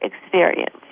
experience